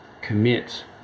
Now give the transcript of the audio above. commit